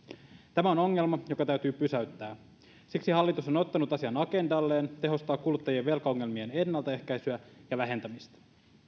tämä on ongelma joka täytyy pysäyttää siksi hallitus on ottanut asian agendalleen ja tehostaa kuluttajien velkaongelmien ennaltaehkäisyä ja vähentämistä